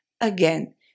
Again